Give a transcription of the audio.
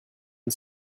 and